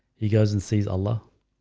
he goes and sees a la